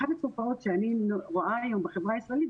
אחת התופעות שאני רואה היום בחברה הישראלית,